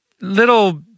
little